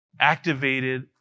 activated